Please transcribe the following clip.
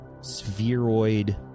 spheroid